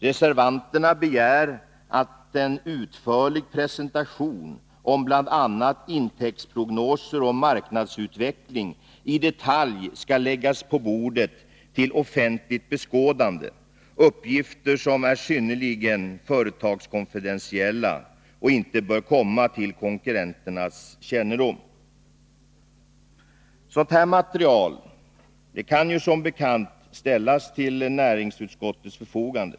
Reservanterna begär att en detaljerad presentation av bl.a. intäktsprognoser och marknadsutveckling skall läggas på bordet till offentligt beskådande, uppgifter som är synnerligen företagskonfidentiella och inte bör komma till konkurrenternas kännedom. Sådant material kan som bekant ställas till näringsutskottets förfogande.